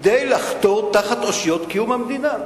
כדי לחתור תחת אושיות קיום המדינה,